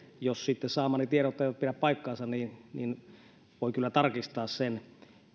jos sitten saamani tiedot eivät pidä paikkaansa niin niin voin kyllä tarkistaa sen